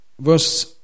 Verse